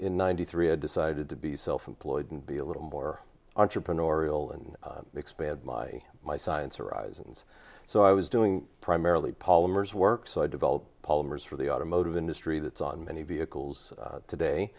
in ninety three i decided to be self employed and be a little more entrepreneurial and expand my my science arisings so i was doing primarily polymers work so i developed polymers for the automotive industry that's on many vehicles today